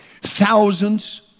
thousands